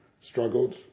struggled